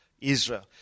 Israel